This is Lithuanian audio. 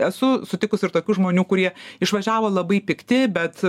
esu sutikus ir tokių žmonių kurie išvažiavo labai pikti bet